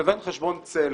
לבין חשבון צל.